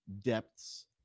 depths